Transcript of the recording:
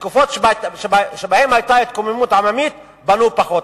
בתקופות שבהן היתה התקוממות עממית, בנו פחות.